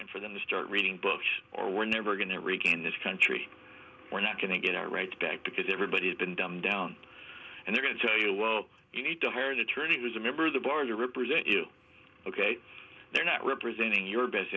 and for them to start reading books or we're never going to regain this country we're not going to get our rights back because everybody's been dumbed down and they're going to tell you well you need to hire an attorney was a member of the bar to represent you ok they're not representing your best